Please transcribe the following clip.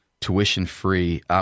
tuition-free